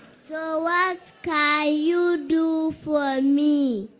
so what skyy you do for me